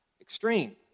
extreme